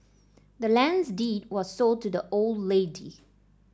the land's deed was sold to the old lady